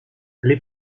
les